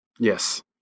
Yes